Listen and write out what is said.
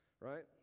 right